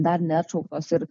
dar neatšauktos ir